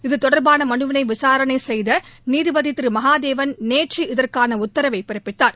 இது தொடர்பான மனுவிளை விசாரணை செய்த நீதிபதி திரு மகாதேவன் நேற்று இதற்கான உத்தரவை பிறப்பித்தார்